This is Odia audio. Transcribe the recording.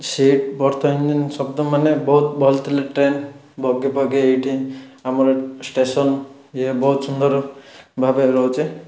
ସିଟ୍ ବର୍ତ୍ତ ଇଞ୍ଜିନ୍ ଶବ୍ଦ ମାନେ ବହୁତ ଭଲ ଥିଲା ଟ୍ରେନ୍ ବଗି ଫଗି ଏଇଠି ଆମର ଷ୍ଟେସନ୍ ଇଏ ବହୁତ ସୁନ୍ଦର ଭାବେ ରହୁଛି